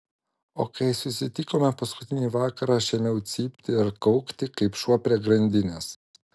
o kai susitikome paskutinį vakarą aš ėmiau cypti ir kaukti kaip šuo prie grandinės